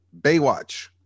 Baywatch